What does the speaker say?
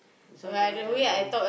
this one cannot jalan